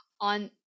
On